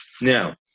Now